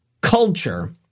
culture